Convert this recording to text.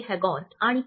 हॅगार्ट आणि के